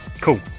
Cool